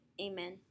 Amen